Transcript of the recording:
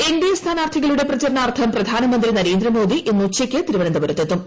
NDA സ്ഥാനാർഥികളുടെ പ്രചാരണാർഥം പ്രധാനമന്ത്രി നരേന്ദ്രമോദി ഇന്ന് ഉച്ചതിരിഞ്ഞ് തിരുവനന്തപുരത്ത് എത്തും